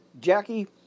Jackie